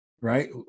right